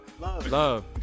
love